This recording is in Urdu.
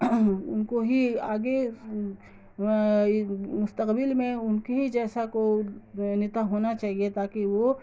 ان کو ہی آگے مستقبل میں ان کی ہی جیسا کو نیتا ہونا چاہیے تاکہ وہ